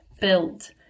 built